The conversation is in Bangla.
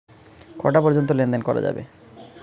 কটা পর্যন্ত লেন দেন করা যাবে?